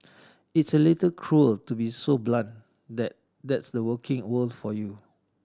it's a little cruel to be so blunt that that's the working world for you